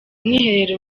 mwiherero